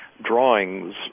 drawings